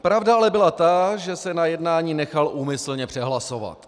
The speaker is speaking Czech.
Pravda ale byla ta, že se na jednání nechal úmyslně přehlasovat.